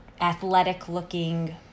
athletic-looking